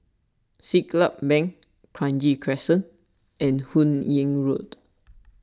Siglap Bank Kranji Crescent and Hun Yeang Road